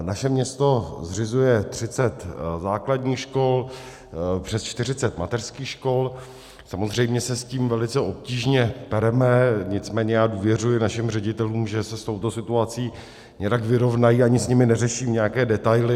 Naše město zřizuje 30 základních škol, přes 40 mateřských škol, samozřejmě se s tím velice obtížně pereme, nicméně důvěřuji našim ředitelům, že se s touto situací nějak vyrovnají, ani s nimi neřeším nějaké detaily.